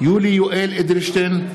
יולי יואל אדלשטיין,